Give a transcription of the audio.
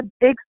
big